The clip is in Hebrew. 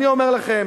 אני אומר לכם,